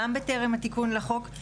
גם בטרם התיקון לחוק,